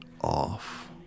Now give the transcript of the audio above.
off